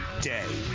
day